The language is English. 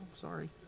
sorry